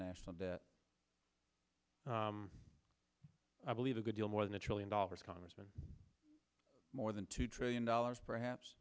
national debt i believe a good deal more than a trillion dollars congressman more than two trillion dollars perhaps